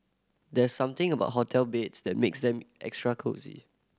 there's something about hotel beds that makes them extra cosy